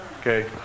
Okay